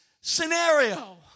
scenario